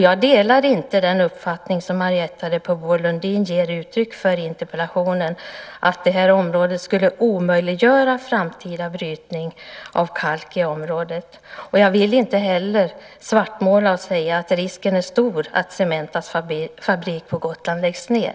Jag delar inte den uppfattning som Marietta de Pourbaix-Lundin ger uttryck för i interpellationen att Natura 2000-området skulle omöjliggöra framtida brytning av kalk i området. Jag vill inte heller svartmåla och säga att risken är stor att Cementas fabrik på Gotland läggs ned.